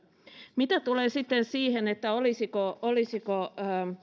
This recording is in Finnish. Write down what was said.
mitä tulee sitten siihen olisiko olisiko